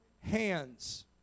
Hands